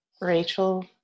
Rachel